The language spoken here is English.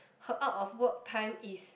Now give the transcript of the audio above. her out of work time is